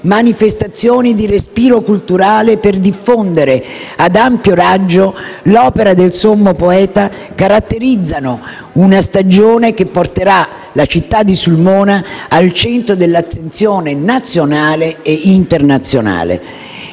manifestazioni di respiro culturale per diffondere ad ampio raggio l'opera del sommo poeta caratterizzano una stagione che porterà la città di Sulmona al centro dell'attenzione, nazionale e internazionale.